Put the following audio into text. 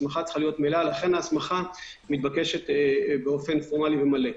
ההסמכה צריכה להיות מלאה ולכן היא מתבקשת באופן פורמלי ומלא.